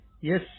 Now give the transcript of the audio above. Yes